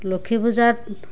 লক্ষী পূজাত